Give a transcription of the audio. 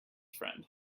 friend